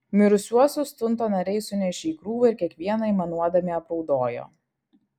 mirusiuosius tunto nariai sunešė į krūvą ir kiekvieną aimanuodami apraudojo